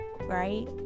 right